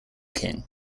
king